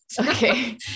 okay